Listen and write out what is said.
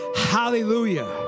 hallelujah